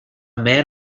man